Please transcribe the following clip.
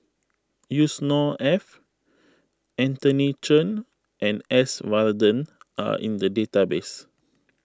Yusnor Ef Anthony Chen and S Varathan are in the database